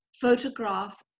photograph